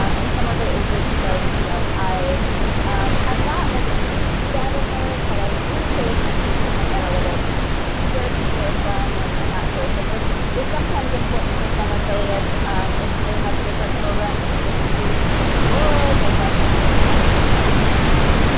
um and some of it is just like you know um i'm not like a huge data nerd, but i do pay attention to my analytics and to you know where people are from and and that sort of thing, which is sometimes important for some affiliates if they have different programs for different regions of the world. like that's something you have to sometimes keep in mind.